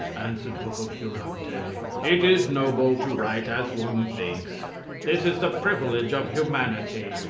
answered pococurante, it is noble to write as one thinks this is the privilege of humanity.